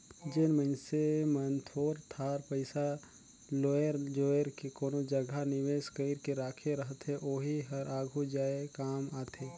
जेन मइनसे मन थोर थार पइसा लोएर जोएर के कोनो जगहा निवेस कइर के राखे रहथे ओही हर आघु जाए काम आथे